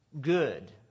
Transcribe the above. good